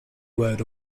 word